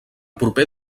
proper